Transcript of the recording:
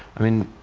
i mean,